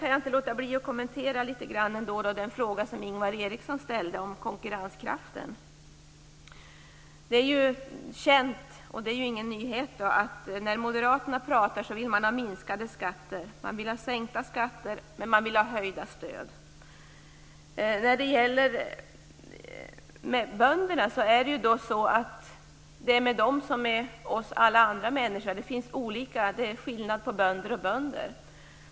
Jag kan inte låta bli att något kommentera Ingvar Erikssons fråga om konkurrenskraften. Det är ingen nyhet att moderaterna talar om sänkta skatter. De vill ha lägre skatter och höjda stöd. Det är med bönderna som med oss andra. Det är skillnad på bönder och bönder.